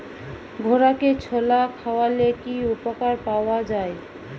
ঘোড়াকে ছোলা খাওয়ালে কি উপকার পাওয়া যায়?